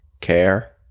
care